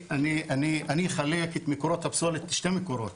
אני אחלק את מקורות הפסולת לשני מקומות.